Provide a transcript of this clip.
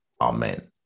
amen